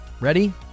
Ready